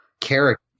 character